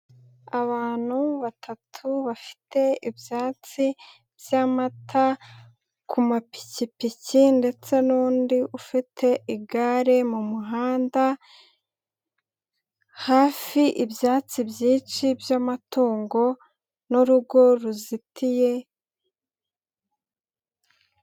Abantu batatu bafite ibyansi by'amata ku mapikipiki ndetse n'undi ufite igare, mu muhanda hafi ibyatsi byinshi by'amatungo n'urugo ruzitiye.